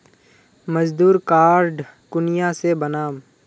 मजदूर कार्ड कुनियाँ से बनाम?